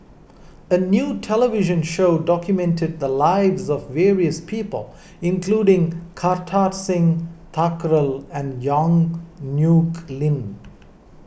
a new television show documented the lives of various people including Kartar Singh Thakral and Yong Nyuk Lin